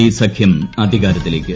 D സഖ്യം അധികാരത്തിലേക്ക്